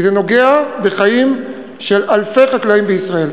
כי זה נוגע בחיים של אלפי חקלאים בישראל.